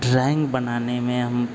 drawing बनाने में हम